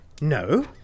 No